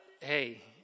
hey